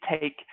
take